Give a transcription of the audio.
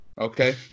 Okay